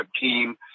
team